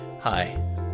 Hi